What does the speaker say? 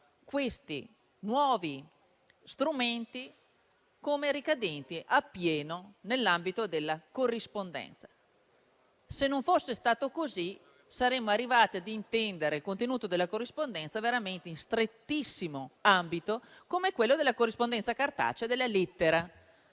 i nuovi strumenti come ricadenti appieno nell'ambito della corrispondenza. Se non fosse stato così, saremmo arrivati a intendere il contenuto della corrispondenza veramente in uno strettissimo ambito, ovvero quello della corrispondenza cartacea, della lettera,